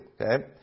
okay